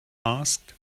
asked